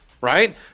right